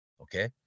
okay